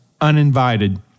uninvited